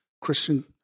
Christian